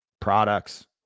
Products